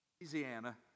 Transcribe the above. Louisiana